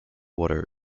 water